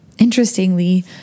Interestingly